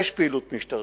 יש פעילות משטרתית.